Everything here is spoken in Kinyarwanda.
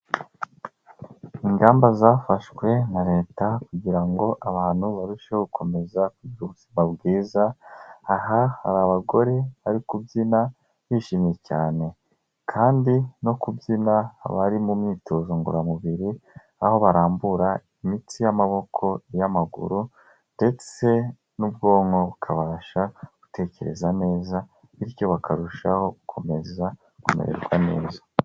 Ingamba zafashwe na Leta kugira ngo abantu barusheho gukomeza kugira ubuzima bwiza, aha hari abagore bari kubyina, bishimye cyane kandi no kubyina ha harimo umwitozo ngororamubiri aho barambura imitsi y'amaboko, iy'amaguru ndetse n'ubwonko bukabasha gutekereza neza bityo bakarushaho gukomeza kumererwa neza.